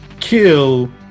kill